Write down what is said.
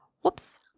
Whoops